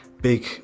big